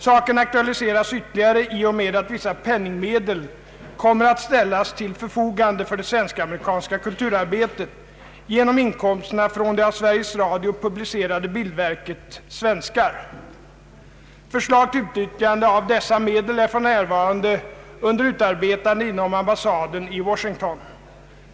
Saken aktualiseras ytterligare i och med att vissa penningmedel kommer att ställas till förfogande för det svensk-amerikanska kulturarbetet genom inkomsterna från det av Sveriges Radio publicerade bildverket ”Svenskar”. Förslag till utnyttjande av dessa medel är för närvarande under utarbetande inom ambassaden i Washington.